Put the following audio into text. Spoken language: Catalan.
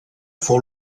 fou